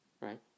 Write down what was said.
Right